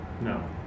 No